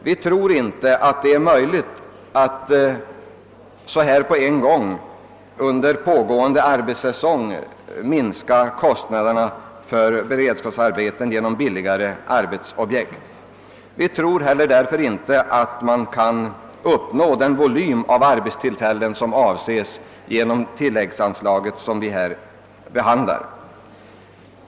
Vi tror inte att det är möjligt att så här på en gång under pågående arbetssäsong minska kostnaderna för beredskapsarbeten genom billigare objekt. Därför tror vi inte heller att det är möjligt att uppnå den volym av arbetstillfällen som avses genom ett tilläggsanslag som det av departementschefen föreslagna.